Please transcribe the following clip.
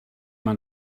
man